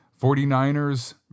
49ers